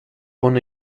born